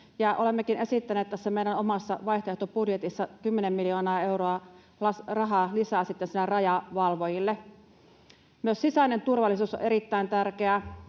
Olemmekin esittäneet tässä meidän omassa vaihtoehtobudjetissa kymmenen miljoonaa euroa rahaa lisää sitten sinne rajavalvojille. Myös sisäinen turvallisuus on erittäin tärkeää.